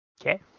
Okay